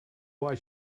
why